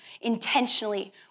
intentionally